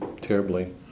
terribly